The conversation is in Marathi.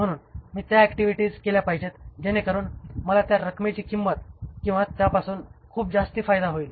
म्हणूनच मी त्या ऍक्टिव्हिटीज केल्या पाहिजेत जेणेकरून मला त्या रकमेची किंमत किंवा त्यापासून खूप जास्ती फायदा होईल